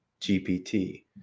GPT